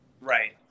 Right